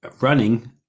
running